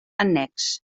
annex